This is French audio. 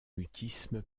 mutisme